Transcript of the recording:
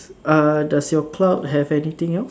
uh does your cloud have anything else